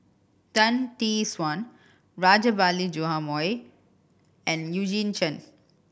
Tan Tee Suan Rajabali Jumabhoy and Eugene Chen